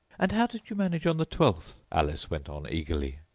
and how did you manage on the twelfth alice went on eagerly.